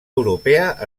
europea